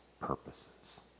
purposes